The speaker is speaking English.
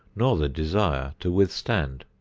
nor the desire to withstand.